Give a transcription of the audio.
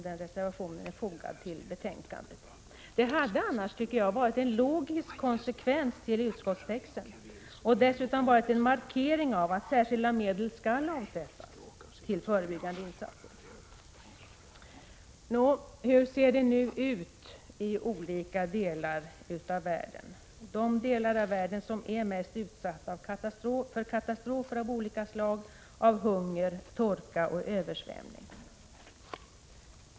Det hade annars, tycker jag, varit en logisk konsekvens till utskottstexten om även socialdemokraterna förordat ett återinförande, och dessutom hade det varit en markering av att särskilda medel skall avsättas till förebyggande insatser. Hur ser det då ut i de delar av världen som är mest utsatta för katastrofer av olika slag, för hunger, torka och översvämning?